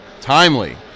Timely